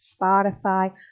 spotify